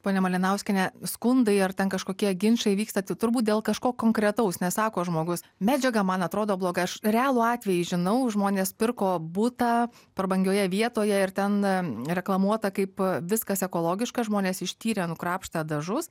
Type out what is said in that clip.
ponia malinauskiene skundai ar ten kažkokie ginčai vyksta turbūt dėl kažko konkretaus nesako žmogus medžiaga man atrodo blogai aš realų atvejį žinau žmonės pirko butą prabangioje vietoje ir ten reklamuota kaip viskas ekologiška žmonės ištyrę nukrapštę dažus